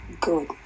good